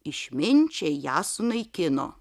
išminčiai ją sunaikino